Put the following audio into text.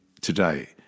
today